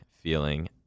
feeling